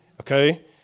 Okay